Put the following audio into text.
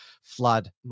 flood